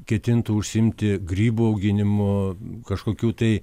ketintų užsiimti grybų auginimu kažkokių tai